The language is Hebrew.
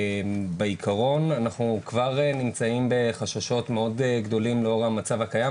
שבעיקרון אנחנו כבר נמצאים בחששות מאוד גדולים לאור המצב הקיים.